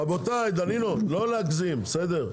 רבותיי, דנינו, לא להגזים, בסדר?